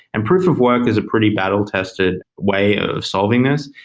and proof of work is a pretty battle tested way of solving this.